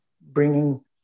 bringing